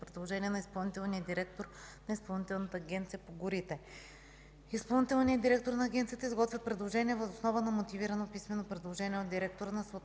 предложение на изпълнителния директор на Изпълнителната агенция по горите. Изпълнителният директор на Агенцията изготвя предложение въз основа на мотивирано писмено предложение от директора на съответното